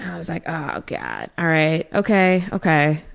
i was like, oh, god. alright. okay, okay,